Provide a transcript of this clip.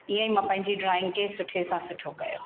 इअं ई मां पंहिंजी ड्रॉइंग खे सुठे सां सुठो कयो